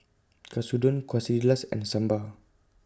Katsudon Quesadillas and Sambar